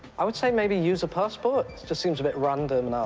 i would say maybe use a passport. just seems a bit random,